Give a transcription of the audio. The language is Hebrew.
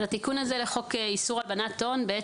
על התיקון הזה לחוק איסור הלבנת הון יש